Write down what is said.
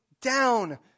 down